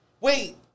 Wait